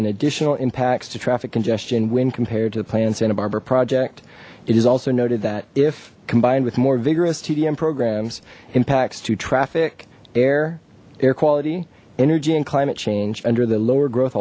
in additional impacts to traffic congestion win compared to the plan santa barbara project it is also noted that if combined with more vigorous tdm programs impacts to traffic air air quality energy and climate change under the lower growth